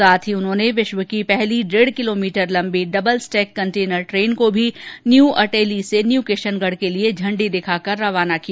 साथ ही उन्होंने विश्व की पहली डेढ किलोमीटर लंबी डबल स्टैंक कंटेनर ट्रेन को भी न्यू अटेली से न्यू किशनगढ़ के लिए झंडी दिखाकर रवाना किया